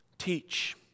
Teach